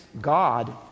God